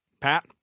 Pat